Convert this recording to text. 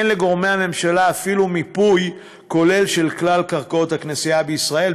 אין לגורמי הממשלה אפילו מיפוי כולל של כלל קרקעות הכנסייה בישראל.